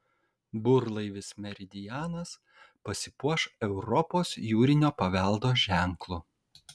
burlaivis meridianas pasipuoš europos jūrinio paveldo ženklu